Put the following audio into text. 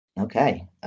Okay